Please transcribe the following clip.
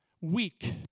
weak